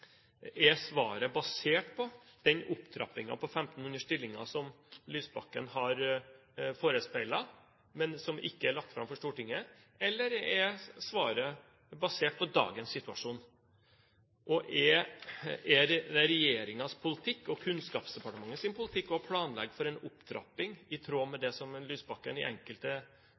svaret basert på den opptrappingen på 1 500 stillinger som Lysbakken har forespeilet, men som ikke er lagt fram for Stortinget, eller er svaret basert på dagens situasjon? Og: Er det regjeringens politikk og Kunnskapsdepartementets politikk å planlegge for en opptrapping i tråd med det Lysbakken i enkelte